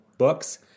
books